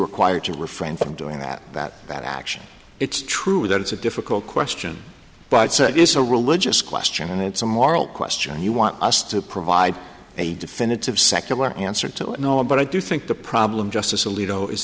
required to refrain from doing that that that action it's true that it's a difficult question but say it is a religious question and it's a moral question and you want us to provide a definitive secular answer to it all but i do think the problem justice alito is